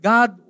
God